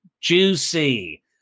juicy